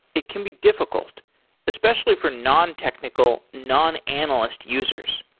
it can be difficult especially for nontechnical, non-analyst users.